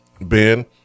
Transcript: Ben –